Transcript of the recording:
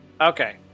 Okay